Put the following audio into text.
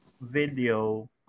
video